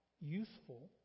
useful